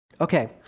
Okay